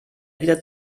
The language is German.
wieder